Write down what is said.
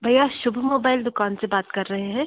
भैया शुभ मोबाइल दुकान से बात कर रहें हैं